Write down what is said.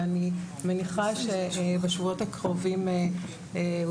ואני מניחה שבשבועות הקרובים הוא